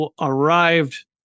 arrived